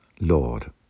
Lord